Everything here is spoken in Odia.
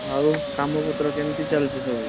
ଆଉ କାମପତ୍ର କେମିତି ଚାଲିଛି ସବୁ